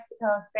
Mexico